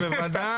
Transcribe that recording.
בוודאי,